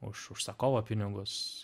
už užsakovo pinigus